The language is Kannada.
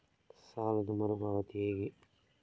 ಸಾಲದ ಮರು ಪಾವತಿ ಹೇಗೆ?